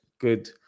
Good